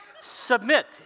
Submit